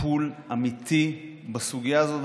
טיפול אמיתי בסוגיה הזאת,